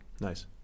Nice